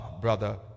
brother